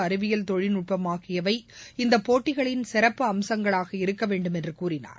அறிவியல் தொழில்நுட்பம் ஆகியவை இந்த போட்டிகளின் சிற்ப்பு அம்சங்களாக இருக்க வேண்டும் என்று கூறினார்